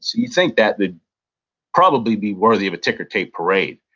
so you'd think that would probably be worthy of a ticker tape parade,